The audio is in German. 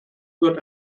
wird